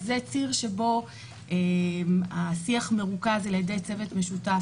זה ציר שבו השיח מרוכז על ידי צוות משותף,